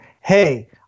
hey